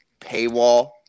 paywall